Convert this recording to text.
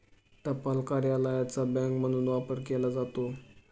टपाल कार्यालयाचा बँक म्हणून वापर केला जातो